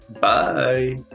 Bye